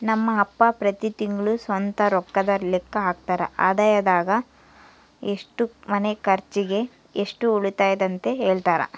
ನಮ್ ಅಪ್ಪ ಪ್ರತಿ ತಿಂಗ್ಳು ಸ್ವಂತ ರೊಕ್ಕುದ್ ಲೆಕ್ಕ ಹಾಕ್ತರ, ಆದಾಯದಾಗ ಎಷ್ಟು ಮನೆ ಕರ್ಚಿಗ್, ಎಷ್ಟು ಉಳಿತತೆಂತ ಹೆಳ್ತರ